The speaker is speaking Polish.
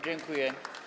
Dziękuję.